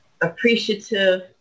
appreciative